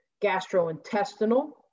gastrointestinal